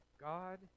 God